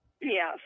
yes